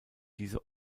diese